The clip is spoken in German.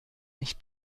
nicht